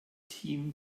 team